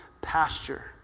pasture